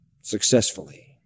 successfully